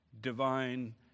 divine